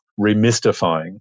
remystifying